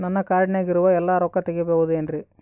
ನನ್ನ ಕಾರ್ಡಿನಾಗ ಇರುವ ಎಲ್ಲಾ ರೊಕ್ಕ ತೆಗೆಯಬಹುದು ಏನ್ರಿ?